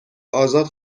ازاد